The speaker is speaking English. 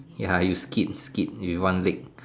ya you skate skate with one leg